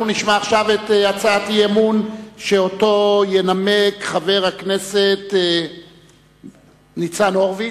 אנחנו נשמע עכשיו את הצעת האי-אמון שינמק חבר הכנסת ניצן הורוביץ,